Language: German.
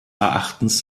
erachtens